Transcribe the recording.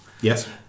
Yes